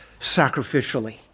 sacrificially